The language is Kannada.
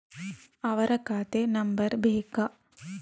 ಅವರ ಖಾತೆ ನಂಬರ್ ಬೇಕಾ?